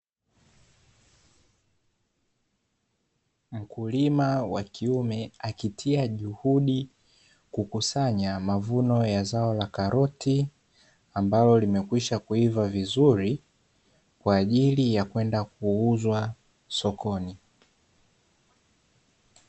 Mkulima wa kiume akitia juhudi kukusanya mavuno ya zao la karoti, ambalo limekwisha kuiva vizuri, kwa ajili ya kwenda kuuzwa sokoni.